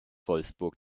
wolfsburg